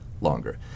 longer